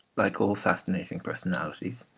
like all fascinating personalities,